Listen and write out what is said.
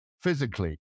physically